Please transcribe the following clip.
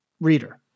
reader